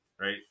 right